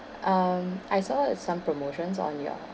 um I saw uh some promotions on your